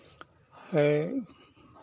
है